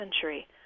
century